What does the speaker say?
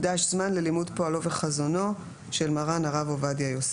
זמן ללימוד פועלו וחזונו של מרן הרב עובדיה יוסף.